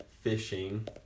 fishing